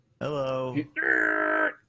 Hello